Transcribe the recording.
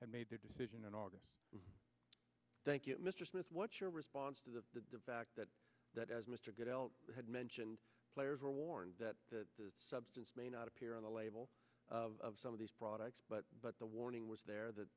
court made the decision on august thank you mr smith what's your response to the fact that as mr goodell had mentioned players were warned that the substance may not appear on the label of some of these products but but the warning was there that